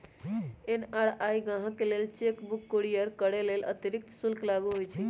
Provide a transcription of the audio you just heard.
NRI गाहकके लेल cheque book courier करय लेल अतिरिक्त शुल्क लागू होइ छइ